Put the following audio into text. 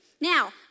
Now